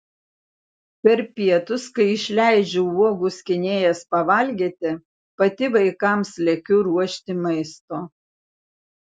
per pietus kai išleidžiu uogų skynėjas pavalgyti pati vaikams lekiu ruošti maisto